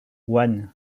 one